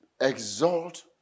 exalt